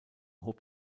hob